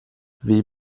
wie